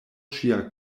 ŝia